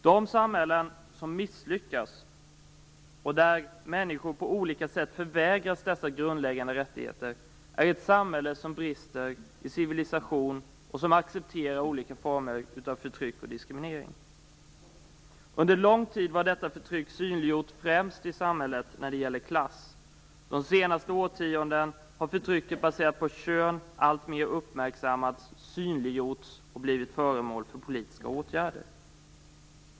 De samhällen som misslyckas, och där människor på olika sätt förvägras dessa grundläggande rättigheter, är samhällen som brister i civilisation och som accepterar olika former av förtryck och diskriminering. Under lång tid var detta förtryck synliggjort främst i samhället när det gäller klass. Under de senaste årtiondena har förtrycket baserat på kön alltmer uppmärksammats, synliggjorts och blivit föremål för politiska åtgärder.